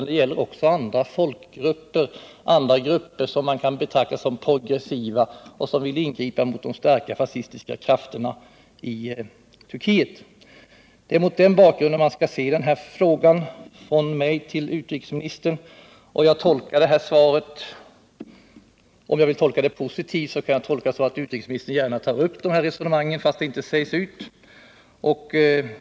Det gäller även andra folkgrupper som man kan betrakta som progressiva och som vill ingripa mot de starka fascistiska krafterna i Turkiet. Det är mot denna bakgrund man skall se min fråga till utrikesministern. Om jag tolkar utrikesministerns svar positivt tror jag att han, trots att detta inte sägs ut, gärna tar upp mitt resonemang.